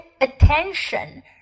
attention